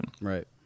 Right